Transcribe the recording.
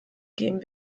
geben